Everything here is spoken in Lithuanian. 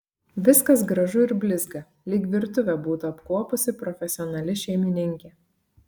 viskas gražu ir blizga lyg virtuvę būtų apkuopusi profesionali šeimininkė